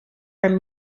from